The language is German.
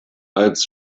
als